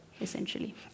essentially